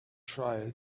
try